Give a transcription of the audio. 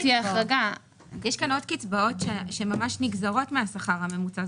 יש כאן עוד קצבאות שממש נגזרות מהשכר הממוצע,